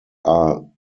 are